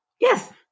Yes